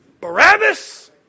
Barabbas